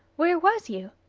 where was you?